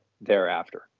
thereafter